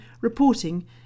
reporting